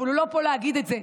אבל הוא לא פה להגיד את זה,